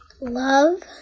Love